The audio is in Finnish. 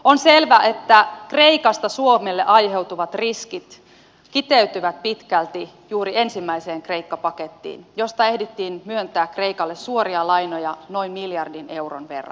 on selvää että kreikasta suomelle aiheutuvat riskit kiteytyvät pitkälti juuri ensimmäiseen kreikka pakettiin josta ehdittiin myöntää kreikalle suoria lainoja noin miljardin euron verran